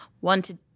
wanted